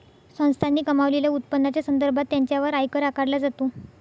संस्थांनी कमावलेल्या उत्पन्नाच्या संदर्भात त्यांच्यावर आयकर आकारला जातो